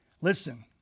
Listen